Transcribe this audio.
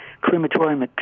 crematorium